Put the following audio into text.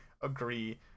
agree